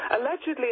allegedly